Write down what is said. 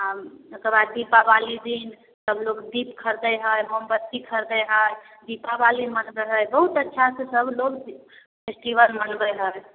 आओर ओकरबाद दीपावली दिन सब लोक दीप खरिदै हइ मोमबत्ती खरिदै हइ दीपावली मनबै हइ बहुत अच्छासँ सबलोक फेस्टिवल मनबै हइ